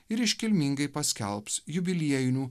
ir iškilmingai paskelbs jubiliejinių